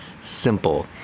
Simple